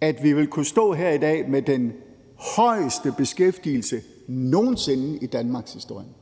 at vi ville kunne stå her i dag med den højeste beskæftigelse nogen sinde i danmarkshistorien,